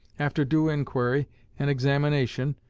after due inquiry and examination,